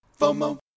FOMO